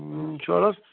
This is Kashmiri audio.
چلو حظ